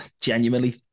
genuinely